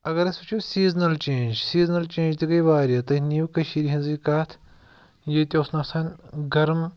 اگر أسۍ وٕچھو سیٖزنَل چینٛج سیٖزنَل چینٛج تہِ گٔے واریاہ تُہۍ نِیِو کٔشیٖر ہِنٛزٕے کَتھ ییٚتہِ اوس نہٕ آسان گَرم